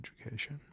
education